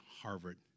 Harvard